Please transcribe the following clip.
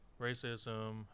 racism